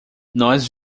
nós